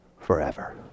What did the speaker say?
forever